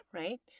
Right